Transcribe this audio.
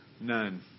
none